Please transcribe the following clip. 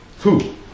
Two